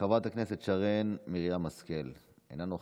חברת הכנסת שרן מרים השכל, אינה נוכחת,